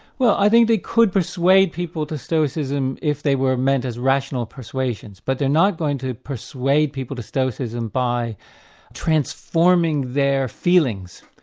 well i think they could persuade people to stoicism if they were meant as rational persuasions, but they're not going to persuade people to stoicism by transforming their feelings.